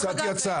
נבטל את ההנחות פה,